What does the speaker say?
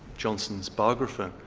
johnson's biographer,